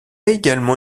également